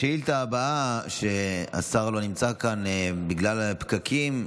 השאילתה הבאה, השר לא נמצא כאן בגלל הפקקים.